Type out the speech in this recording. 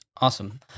Awesome